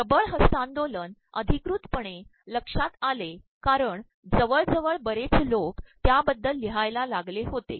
िबळ हस्त्तांदोलन अचधकृतपणे लक्षात आले कारण जवळजवळ बरेच लोक त्याबद्दल मलहायला लागले होते